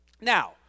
Now